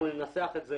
אנחנו ננסח את זה